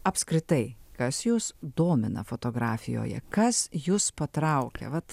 apskritai kas jus domina fotografijoje kas jus patraukia vat